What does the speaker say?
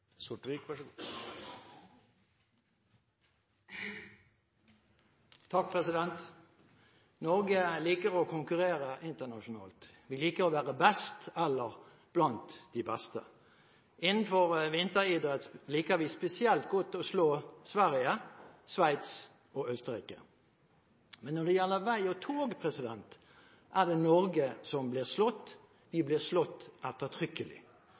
Norge liker å konkurrere internasjonalt. Vi liker å være best eller blant de beste. Innenfor vinteridrett liker vi spesielt godt å slå Sverige, Sveits og Østerrike. Men når det gjelder vei og tog, er det Norge som blir slått – vi blir slått ettertrykkelig.